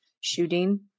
shooting